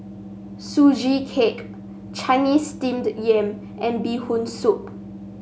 Sugee Cake Chinese Steamed Yam and Bee Hoon Soup